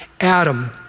Adam